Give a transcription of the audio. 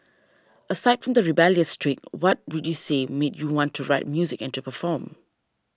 aside from the rebellious streak what would you say made you want to write music and to perform